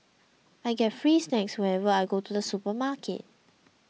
I get free snacks whenever I go to the supermarket